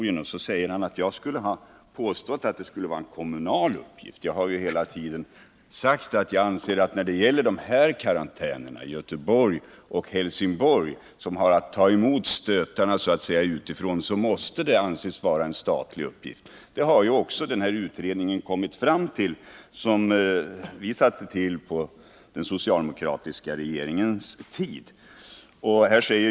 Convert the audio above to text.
Enligt honom skulle jag ha påstått att dessa skulle vara en kommunal uppgift. Men jag har ju hela tiden sagt att jag anser att karantänerna i Göteborg och Helsingborg, som så att säga har att ta emot stötarna utifrån, måste vara en statlig uppgift. Det har också den utredning som vi socialdemokrater tillsatte när vi var i regeringsställning kommit fram till.